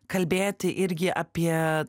kalbėti irgi apie